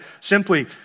simply